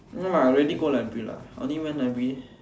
no lah I rarely go library lah I only went library